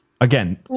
Again